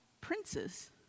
Princes